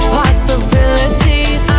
possibilities